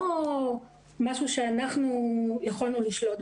לא שאנחנו מסכימים עם הגישה הזו.